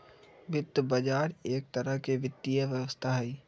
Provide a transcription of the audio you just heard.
वित्त बजार एक तरह से वित्तीय व्यवस्था हई